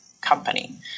company